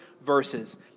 verses